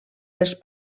dels